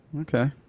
Okay